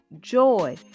joy